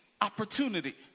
opportunity